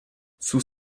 sous